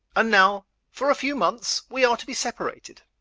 and now for a few months we are to be separated.